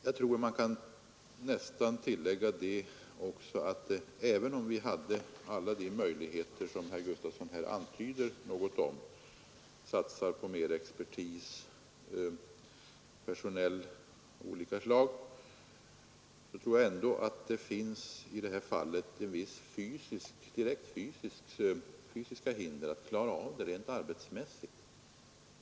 Jag tror att man också kan tillägga att det, även om vi hade alla de möjligheter som herr Gustafson antydde något om, mer expertis av olika slag osv., ändå finns direkta fysiska hinder för att klara det hela rent arbetsmässigt.